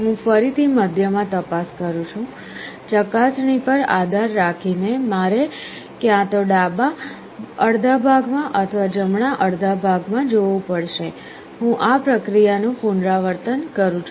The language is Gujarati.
હું ફરીથી મધ્યમાં તપાસ કરું છું ચકાસણી પર આધાર રાખીને મારે ક્યાં ડાબા અડધા ભાગમાં અથવા જમણા અડધા ભાગમાં જોવું પડશે હું આ પ્રક્રિયાનું પુનરાવર્તન કરું છું